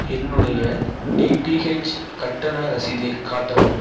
என்னுடைய டிடிஹெச் கட்டண ரசீதைக் காட்டவும்